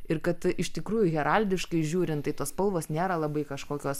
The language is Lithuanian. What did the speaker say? ir kad iš tikrųjų heraldiškai žiūrint tai tos spalvos nėra labai kažkokios